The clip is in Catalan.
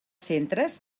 centres